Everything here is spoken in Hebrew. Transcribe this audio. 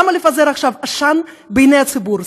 למה לפזר עכשיו עשן בעיני הציבור,